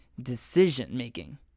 decision-making